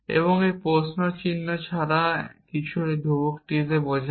এবং একটি প্রশ্ন চিহ্ন ছাড়া কিছু একটি ধ্রুবককে বোঝায়